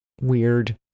weird